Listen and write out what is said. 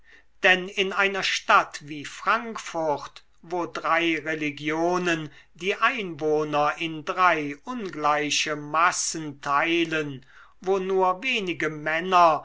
denn in einer stadt wie frankfurt wo drei religionen die einwohner in drei ungleiche massen teilen wo nur wenige männer